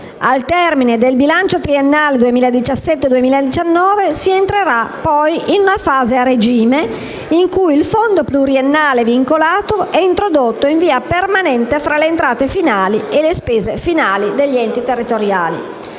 Al termine del bilancio triennale 2017-2019 si entrerà in una fase a regime in cui il fondo pluriennale vincolato è introdotto in via permanente fra le entrate finali e le spese finali degli enti territoriali.